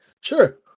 Sure